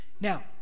Now